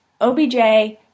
OBJ